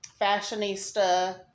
fashionista